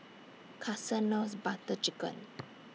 Kason loves Butter Chicken